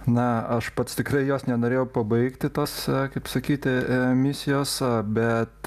na aš pats tikrai jos nenorėjau pabaigti tos kaip sakyti misijos bet